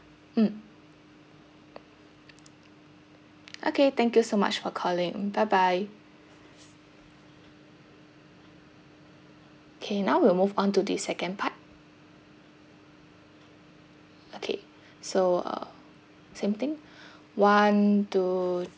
mm okay thank you so much for calling bye bye okay now we'll move on to the second part okay so uh same thing one two